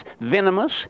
venomous